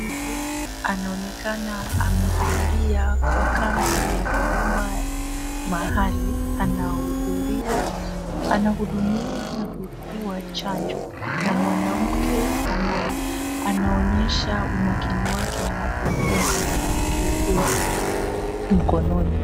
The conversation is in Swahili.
Mwanamke huyu anaonekana amehudhuria kwa kambi ya huduma. Mahali anahudumiwa na kupewa chanjo na mwanamke ambaye anaonyesha umakini wake anapomdunga mwanamke huyu mkononi.